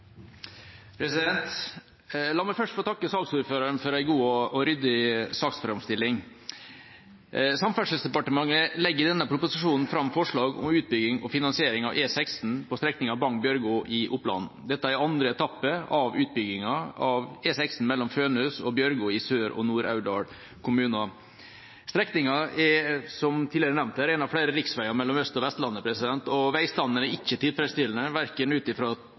veg. La meg først få takke saksordføreren for en god og ryddig saksframstilling. Samferdselsdepartementet legger i denne proposisjonen fram forslag om utbygging og finansiering av E16 på strekninga Bagn–Bjørgo i Oppland. Dette er andre etappe i utbygginga av E16 mellom Fønhus og Bjørgo i Sør- og Nord-Aurdal kommuner. Strekninga er, som tidligere nevnt her, én av flere riksveier mellom Østlandet og Vestlandet, og veistandarden er ikke tilfredsstillende, verken ut ifra